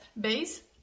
base